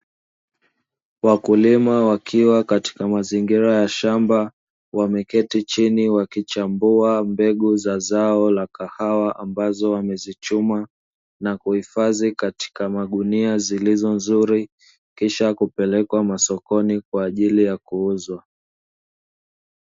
Wakulima wakiwa katika mazingira ya shamba wameketi chini wakichambua mbegu za zao la kahawa, ambazo wamezichuma na kuhifadhi katika magunia zilizo nzuri kisha kupelekwa masokoni kwa ajili ya kuuzwa.